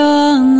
on